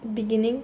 beginning